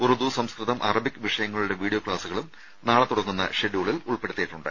ഉറുദു സംസ്കൃതം അറബിക് വിഷയങ്ങളുടെ വീഡിയോ ക്ലാസുകളും നാളെ തുടങ്ങുന്ന ഷെഡ്യൂളിൽ ഉൾപ്പെടുത്തിയിട്ടുണ്ട്